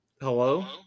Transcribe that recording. Hello